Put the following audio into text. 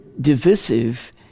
divisive